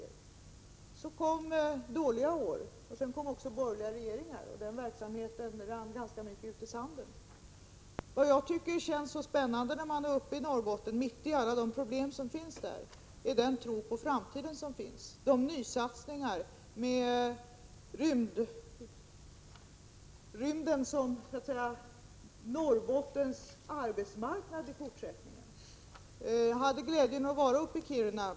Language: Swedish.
Men så kom dåliga år och sedan kom också borgerliga Prot. 1986/87:93 regeringar. Verksamheten rann i ganska stor utsträckning liksom utisanden. 24 mars 1987 Vad jag tycker är så spännande uppe i Norrbotten — och detta trots att man där är mitt uppe i alla sina problem — är den tro på framtiden som man har. Jag tänker t.ex. på de nysatsningar som görs och som innebär att rymden så att säga blir Norrbottens arbetsmarknad i fortsättningen. I fredags hade jag glädjen att vara uppe i Kiruna.